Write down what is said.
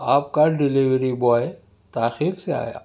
آپ کا delivery boy تاخیر سے آیا